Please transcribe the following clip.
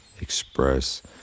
express